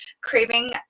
craving